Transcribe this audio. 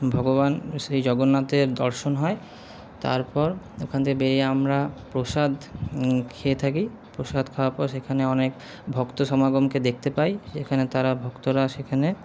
ভগবান শ্রী জগন্নাথের দর্শন হয় তারপর ওখান থেকে বেরিয়ে আমরা প্রসাদ খেয়ে থাকি প্রসাদ খাওয়ার পর সেখানে অনেক ভক্ত সমাগমকে দেখতে পাই সেখানে তারা ভক্তরা সেখানে